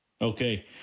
Okay